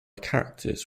characters